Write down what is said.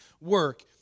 work